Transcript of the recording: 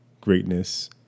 greatness